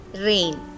Rain